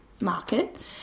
market